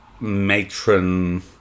matron